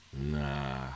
Nah